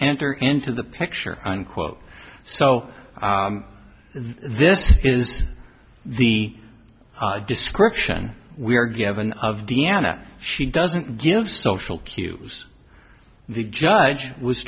enter into the picture unquote so this is the description we are given of deanna she doesn't give social cues the judge was